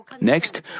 Next